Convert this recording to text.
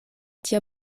tia